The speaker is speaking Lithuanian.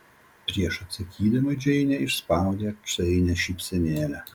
prieš atsakydama džeinė išspaudė atsainią šypsenėlę